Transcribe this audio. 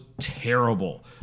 terrible